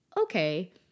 okay